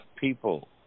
people